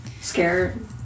Scared